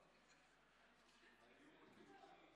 אני מבקש להזמין